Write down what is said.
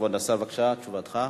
כבוד השר, בבקשה, תשובתך.